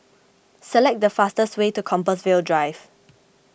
select the fastest way to Compassvale Drive